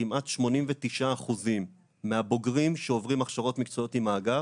שכמעט 89% מהבוגרים שעוברים הכשרות מקצועיות עם האגף,